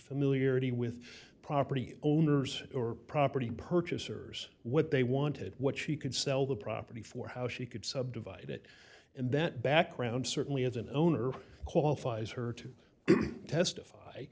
familiarity with property owners or property purchasers what they wanted what she could sell the property for how she could subdivide it and that background certainly as an owner qualifies her to testify